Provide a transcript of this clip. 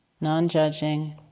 non-judging